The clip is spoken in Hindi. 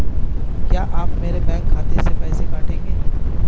क्या आप मेरे बैंक खाते से पैसे काटेंगे?